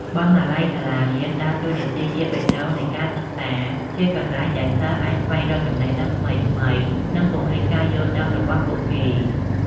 បណ្ណាល័យសាលារៀនដើរតួនាទីជាបេះដូងនៃការសិក្សា ជាកន្លែងដែលសិស្សអាចស្វែងរកចំណេះដឹងថ្មីៗ និងពង្រីកការយល់ដឹងរបស់ពួកគេ។